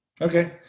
Okay